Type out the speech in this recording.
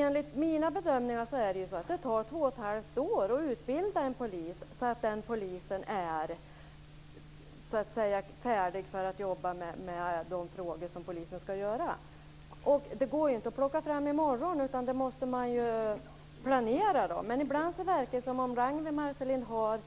Enligt mina bedömningar är det så att det tar två och ett halvt år att utbilda en polis så att den polisen är färdig för att jobba med de frågor som polisen ska jobba med. Det går inte att plocka fram i morgon, utan det här måste man planera. Men ibland verkar det som om Ragnwi Marcelind har